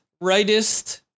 rightest